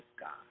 God